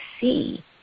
see